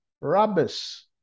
rubbish